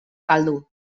caldo